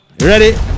Ready